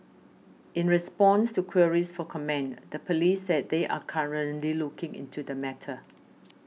in response to queries for comment the police said they are currently looking into the matter